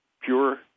pure